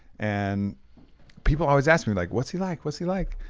and people always ask me, like what's he like, what's he like?